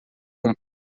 com